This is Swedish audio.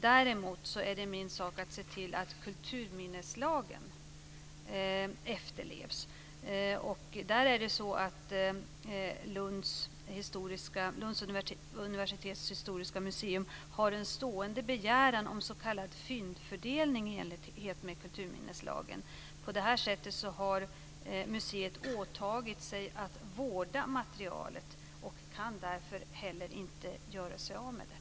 Däremot är det min sak att se till att kulturminneslagen efterlevs. Lunds universitets historiska museum har en stående begäran om s.k. fyndfördelning i enlighet med kulturminneslagen. Museet har åtagit sig att vårda materialet och kan därför inte göra sig av med det.